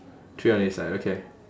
three on each side okay